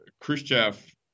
Khrushchev